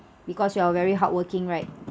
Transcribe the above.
because you are very hardworking right